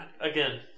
Again